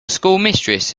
schoolmistress